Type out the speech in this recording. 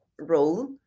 role